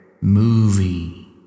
movie